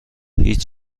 هیچ